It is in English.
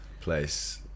place